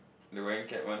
the wearing cap one